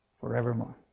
forevermore